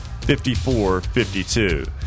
54-52